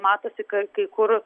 matosi kad kai kur